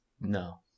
No